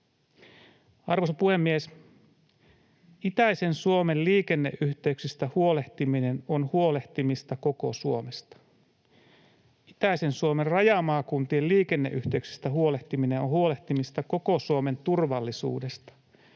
Arvoisa puhemies! Itäisen Suomen liikenneyhteyksistä huolehtiminen on huolehtimista koko Suomesta. Itäisen Suomen rajamaakuntien liikenneyhteyksistä huolehtiminen on huolehtimista koko Suomen turvallisuudesta.